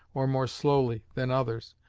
or more slowly, than others,